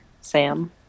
Sam